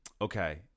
Okay